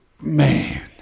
Man